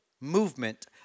movement